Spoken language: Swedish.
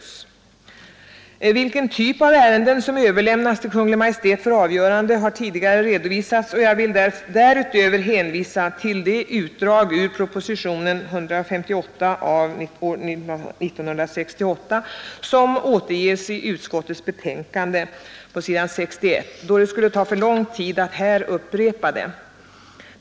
26 april 1973 Vilken typ av ärenden som överlämnas till Kungl. Maj:t för avgörande har tidigare redovisats, och jag vill därutöver hänvisa till det utdrag ur propositionen 158 år 1968 som återges i utskottets betänkande på s. 61, då det skulle ta för lång tid att här upprepa det.